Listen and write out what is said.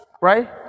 right